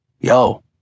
Yo